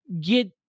get